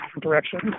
direction